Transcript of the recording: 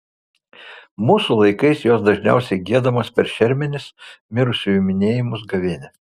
mūsų laikais jos dažniausiai giedamos per šermenis mirusiųjų minėjimus gavėnią